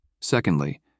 Secondly